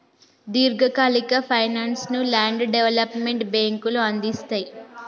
దీర్ఘకాలిక ఫైనాన్స్ ను land development బ్యేంకులు అందిస్తయ్